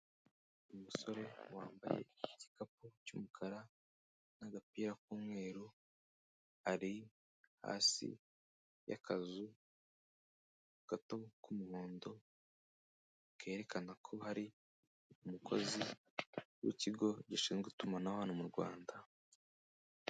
Umusore wambaye igikapu cy'umukara n'agapira k'umweru, ari hasi y'akazu gato k'umuhondo kerekana ko hari umukozi w'ikigo gishinzwe itumanaho hano mu Rwanda.